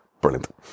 brilliant